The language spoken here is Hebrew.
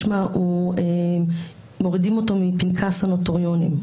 משמע, מורידים אותו מפנקס הנוטריונים.